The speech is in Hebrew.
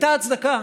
הייתה הצדקה.